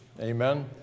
amen